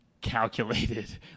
calculated